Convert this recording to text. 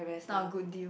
it's not a good deal